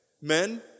Men